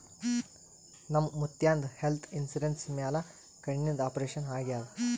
ನಮ್ ಮುತ್ಯಾಂದ್ health insurance ಮ್ಯಾಲ ಕಣ್ಣಿಂದ್ ಆಪರೇಷನ್ ಆಗ್ಯಾದ್